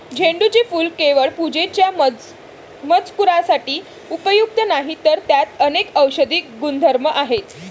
झेंडूचे फूल केवळ पूजेच्या मजकुरासाठी उपयुक्त नाही, तर त्यात अनेक औषधी गुणधर्म आहेत